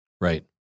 Right